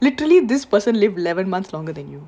literally this person live eleven months longer than you